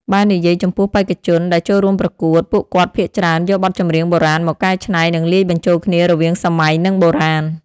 បើនិយាយចំពោះបេក្ខជនដែលចូលរួមប្រកួត ពួកគាត់ភាគច្រើនយកបទចម្រៀងបុរាណមកកែច្នៃ និងលាយបញ្ចូលគ្នារវាងសម័យនិងបុរាណ។